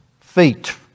feet